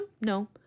No